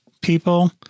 people